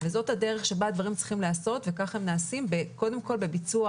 וזו הדרך שכך הדברים צריכים להיעשות וכך הם נעשים קודם כל בביצוע